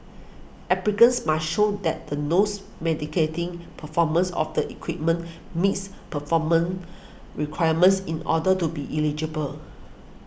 applicants must show that the nose mitigating performance of the equipment meets performance requirements in order to be eligible